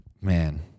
Man